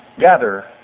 gather